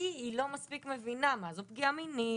כי היא לא מספיק מבינה מה זאת פגיעה מינית.